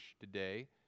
today